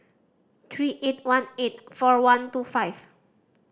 three eight one eight four one two five